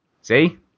See